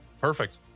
perfect